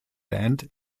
band